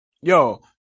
yo